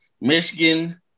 Michigan